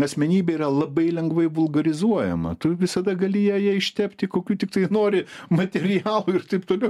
asmenybė yra labai lengvai vulgarizuojama tu visada gali ją ją ištepti kokiu tiktai nori materialu ir taip toliau